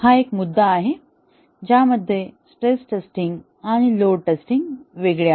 हा एक मुद्दा आहे ज्यामध्ये स्ट्रेस टेस्टिंग आणि लोड टेस्टिंग वेगळे आहे